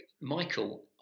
Michael